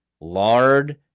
lard